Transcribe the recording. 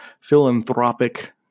Philanthropic